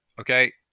okay